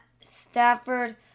Stafford